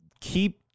keep